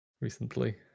recently